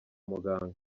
muganga